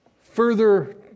Further